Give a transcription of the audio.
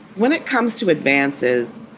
when it comes to advances